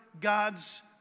God's